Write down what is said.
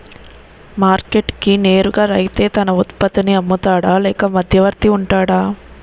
Market కి నేరుగా రైతే తన ఉత్పత్తి నీ అమ్ముతాడ లేక మధ్యవర్తి వుంటాడా?